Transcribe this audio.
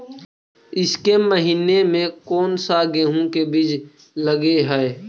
ईसके महीने मे कोन सा गेहूं के बीज लगे है?